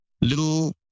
little